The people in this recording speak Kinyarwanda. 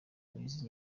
n’izi